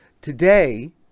Today